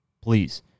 please